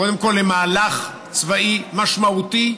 קודם כול, למהלך צבאי משמעותי,